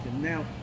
now